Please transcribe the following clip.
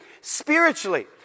spiritually